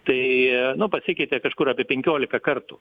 tai nu pasikeitė kažkur apie penkioliką kartų